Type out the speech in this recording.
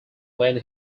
when